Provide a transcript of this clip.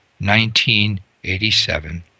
1987